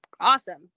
awesome